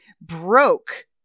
Broke